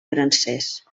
francès